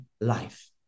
life